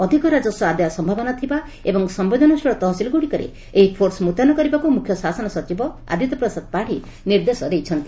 ଅଧିକ ରାଜସ୍ୱ ଆଦାୟ ସମ୍ଭାବନା ଥିବା ଏବଂ ସମ୍ଭେଦନଶୀଳ ତହସିଲଗୁଡ଼ିକରେ ଏହି ଫୋର୍ସ ମୁତୟନ କରିବାକୁ ମୁଖ୍ୟ ଶାସନ ସଚିବ ଆଦିତ୍ୟ ପ୍ରସାଦ ପାତ୍ବୀ ନିର୍ଦ୍ଦେଶ ଦେଇଛନ୍ତି